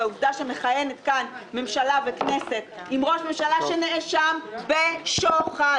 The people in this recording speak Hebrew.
והעובדה שמכהנת כאן ממשלה וכנסת עם ראש ממשלה שנאשם בשוחד,